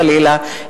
חלילה,